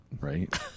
right